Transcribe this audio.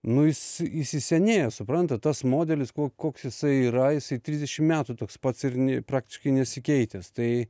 nu jis įsisenėjęs suprantat tas modelis ko koks jisai yra jisai trisdešim metų toks pats ir nė praktiškai nesikeitęs tai